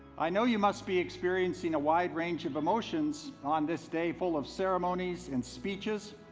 i know you must be experiencing a wide range of emotions on this day full of ceremonies and speeches,